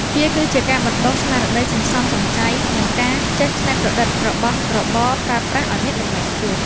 វាគឺជាការបណ្តុះស្មារតីសន្សំសំចៃ និងការចេះច្នៃប្រឌិតរបស់របរប្រើប្រាស់ឱ្យមានតម្លៃខ្ពស់។